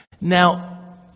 Now